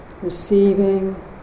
receiving